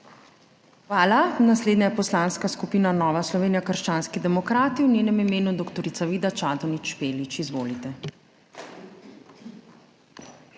Hvala. Naslednja je Poslanska skupina Nova Slovenija – krščanski demokrati, v njenem imenu dr. Vida Čadonič Špelič. Izvolite.